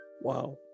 wow